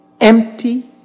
empty